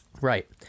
Right